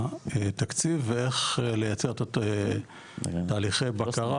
התקציב ואיך לייצר תהליכי בקרה,